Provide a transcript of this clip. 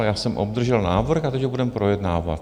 Já jsem obdržel návrh a teď ho budeme projednávat.